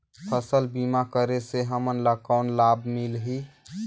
फसल बीमा करे से हमन ला कौन लाभ मिलही?